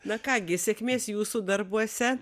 na ką gi sėkmės jūsų darbuose